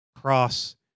cross